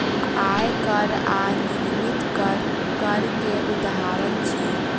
आय कर आ निगमित कर, कर के उदाहरण अछि